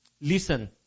Listen